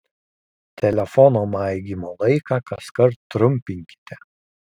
telefono maigymo laiką kaskart trumpinkite